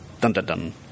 Dun-dun-dun